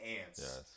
ants